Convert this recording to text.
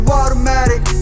automatic